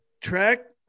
Track